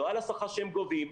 לא על השכר שהם גובים.